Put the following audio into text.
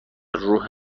روح